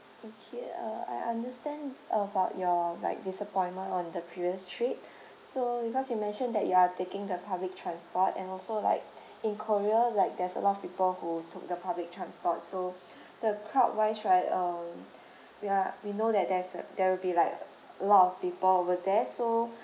okay uh I understand about your like disappointment on the previous trip so because you mentioned that you are taking the public transport and also like in korea like there's a lot of people who took the public transport so the crowd wise right um we are we know that there's that there will be like a lot of people over there so